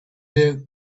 dead